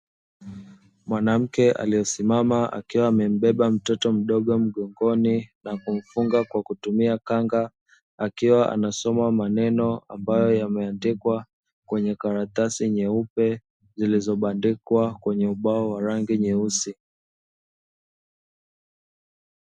Mwanamke aliyesimama, akiwa amembeba mtoto mdogo mgongoni na kumfunga kwa kutumia kanga, akiwa anasoma maneno ambayo yameandikwa kwenye karatasi nyeupe zilizobandikwa kwenye ubao wa rangi nyeusi.